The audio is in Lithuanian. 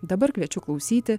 dabar kviečiu klausyti